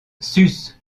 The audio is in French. sus